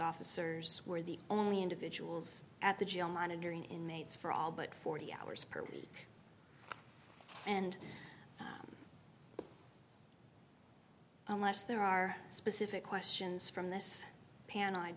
officers were the only individuals at the jail monitoring inmates for all but forty hours per week and unless there are specific questions from this panel i'd